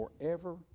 forever